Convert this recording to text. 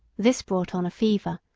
this brought on a fever,